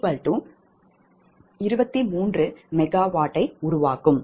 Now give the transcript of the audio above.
335 23MW உருவாக்கும்